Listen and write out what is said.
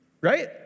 Right